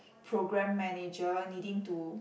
program manager needing to